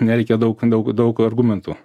nereikia daug daug daug argumentų